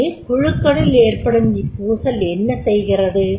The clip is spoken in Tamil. எனில் குழுக்களில் ஏற்படும் இப்பூசல் என்ன செய்கிறது